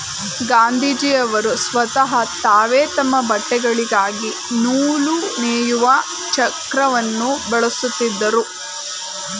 ಗಾಂಧೀಜಿಯವರು ಸ್ವತಹ ತಾವೇ ತಮ್ಮ ಬಟ್ಟೆಗಳಿಗಾಗಿ ನೂಲು ನೇಯುವ ಚಕ್ರವನ್ನು ಬಳಸುತ್ತಿದ್ದರು